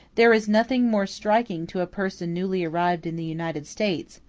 there is nothing more striking to a person newly arrived in the united states,